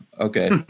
Okay